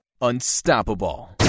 Unstoppable